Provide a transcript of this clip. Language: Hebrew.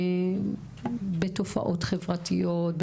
בתופעות חברתיות,